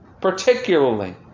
particularly